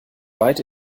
weit